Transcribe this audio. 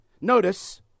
Notice